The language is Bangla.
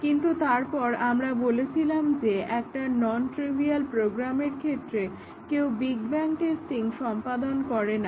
কিন্তু তারপর আমরা বলেছিলাম যে একটা নন ট্রিভিয়াল প্রোগ্রামের ক্ষেত্রে কেউ বিগব্যাং টেস্টিং সম্পাদন করে না